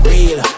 Real